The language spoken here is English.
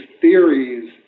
theories